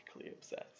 obsessed